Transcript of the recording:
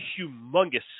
humongous